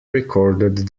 recorded